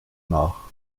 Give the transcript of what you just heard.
nach